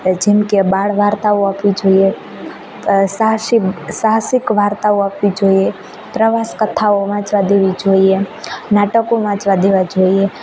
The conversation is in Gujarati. એ જેમકે બાળ વાર્તાઓ આપવી જોઈએ સાહસિક સાહસિક વાર્તાઓ આપવી જોઈએ પ્રવાસ કથાઓ વાંચવા દેવી જોઈએ નાટકો વાંચવા દેવા જોઈએ